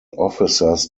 officers